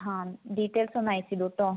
അതെ ഡീറ്റെയിൽസ് ഒന്ന് അയച്ചിടുട്ടോ